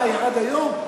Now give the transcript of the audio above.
אה, ירד היום?